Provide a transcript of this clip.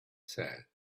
said